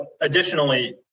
additionally